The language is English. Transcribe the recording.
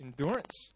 endurance